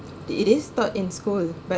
it is taught in school but